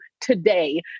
today